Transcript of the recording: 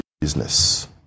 business